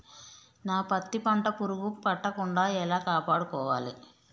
నా పత్తి పంట పురుగు పట్టకుండా ఎలా కాపాడుకోవాలి?